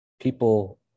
people